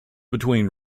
between